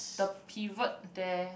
the pivot there